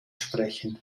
sprechen